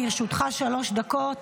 לרשותך שלוש דקות.